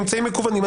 אמצעים מקוונים.